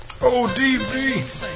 ODB